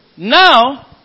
Now